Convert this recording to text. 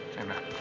Amen